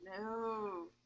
No